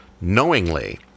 knowingly